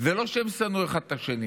זה לא שהם שנאו אחד את השני,